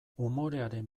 umorearen